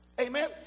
Amen